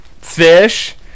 Fish